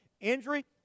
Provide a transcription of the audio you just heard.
injury